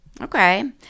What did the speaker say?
okay